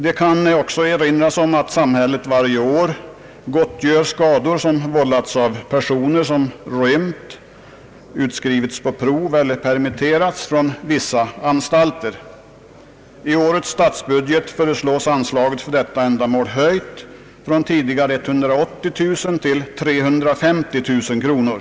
Det kan också erinras om att samhället varje år gottgör skador som vållats av personer som rymt, utskrivits på prov eller permitterats från vissa anstalter. I årets statsbudget föreslås anslaget för detta ändamål höjt från tidigare 180 000 till 350 000 kronor.